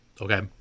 okay